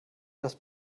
das